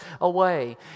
away